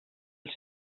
els